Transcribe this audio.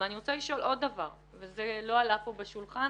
ואני רוצה לשאול עוד דבר, וזה לא עלה פה בשולחן